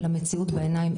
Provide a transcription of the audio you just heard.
למציאות בעיניים.